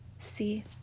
See